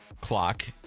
clock